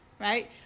Right